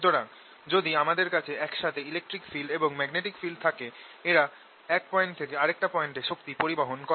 সুতরাং যদি আমাদের কাছে একসাথে ইলেকট্রিক ফিল্ড এবং ম্যাগনেটিক ফিল্ড থাকে এরা এক পয়েন্ট থেকে আরেকটা পয়েন্ট এ শক্তি পরিবহন করে